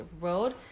Road